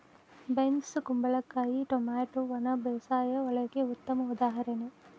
beans ಕುಂಬಳಕಾಯಿ tomato ಒಣ ಬೇಸಾಯ ಬೆಳೆಗೆ ಉತ್ತಮ ಉದಾಹರಣೆ